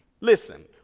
Listen